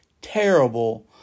terrible